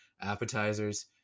appetizers